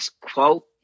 quote